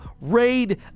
raid